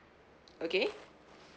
okay